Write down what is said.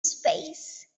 space